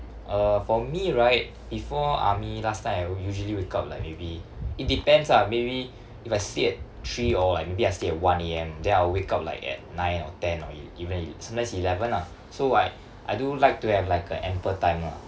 uh for me right before army last time I will usually wake up like maybe it depends ah maybe if I sleep at three or like maybe I sleep at one A_M then I'll wake up like at nine or ten or e~ even e~ sometimes eleven ah so Iike I do like to have like a ample time lah